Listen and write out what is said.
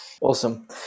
Awesome